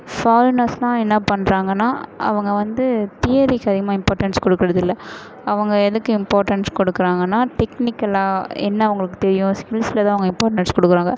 ஃபாரினர்ஸெலாம் என்ன பண்ணுறாங்கன்னா அவங்க வந்து தியரிக்கி அதிகமாக இம்பார்ட்டன்ஸ் கொடுக்குறது இல்லை அவங்க எதுக்கு இம்பார்ட்டன்ஸ் கொடுக்குறாங்கன்னா டெக்னிக்கலாக என்ன அவர்களுக்கு தெரியும் ஸ்கில்ஸில் தான் அவங்க இம்பார்ட்டன்ஸ் கொடுக்குறாங்க